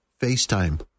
FaceTime